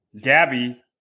Gabby